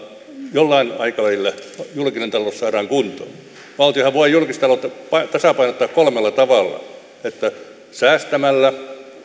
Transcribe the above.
jollain aikavälillä julkinen talous saadaan kuntoon valtiohan voi julkistaloutta tasapainottaa kolmella tavalla säästämällä